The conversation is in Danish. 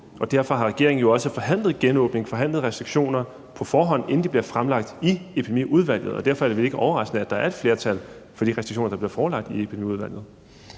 på forhånd forhandlet genåbning og forhandlet restriktioner, inden de bliver fremlagt i Epidemiudvalget, og derfor er det vel ikke overraskende, at der er et flertal for de restriktioner, der bliver forelagt i Epidemiudvalget.